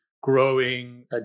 growing